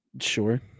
sure